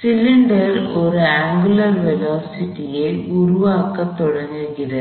cylinder ஒரு angular velocity ஐ உருவாக்கத் தொடங்குகிறது